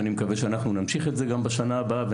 אני מקווה שאנחנו נמשיך את זה גם בשנה הבאה,